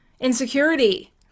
insecurity